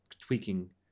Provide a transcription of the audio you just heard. tweaking